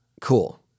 cool